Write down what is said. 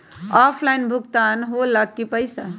Offline भुगतान हो ला कि पईसा?